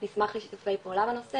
על המסמך לשיתופי פעולה בנושא,